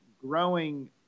growing